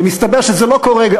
ומסתבר שזה לא קורה,